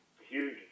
huge